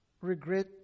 regret